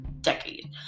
decade